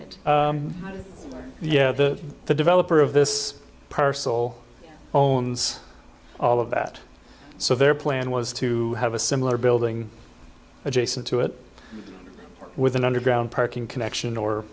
it yeah that the developer of this parcel owens all of that so their plan was to have a similar building adjacent to it with an underground parking connection or